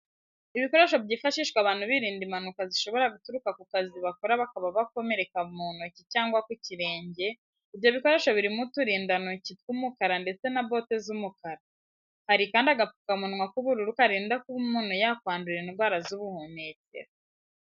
Ibikoresho byifashishwa abantu birinda impanuka zishobora guturuka ku kazi bakora bakaba bakomereka mu ntoki cyangwa ku kirenge, ibyo bikoresho birimo uturindantoki tw'umukara ndetse na bote z'umukara. Hari kandi agapfukamunwa k'ubururu karinda kuba umuntu yakwandura indwara z'ubuhumekero.